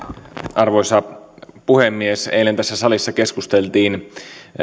arvoisa puhemies eilen tässä salissa keskusteltiin